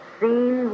seen